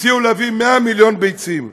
הציעו להביא 100 מיליון ביצים,